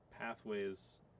pathways